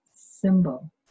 symbol